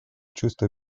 чувство